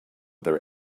their